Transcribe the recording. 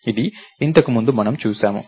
ఇది ఇంతకు ముందు మనం చూసాము